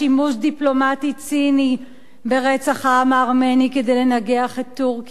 דיפלומטי ציני ברצח העם הארמני כדי לנגח את טורקיה.